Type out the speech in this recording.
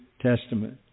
Testament